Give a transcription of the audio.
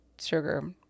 sugar